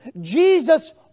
Jesus